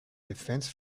defense